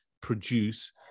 produce